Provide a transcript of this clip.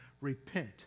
Repent